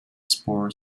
sport